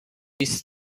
بیست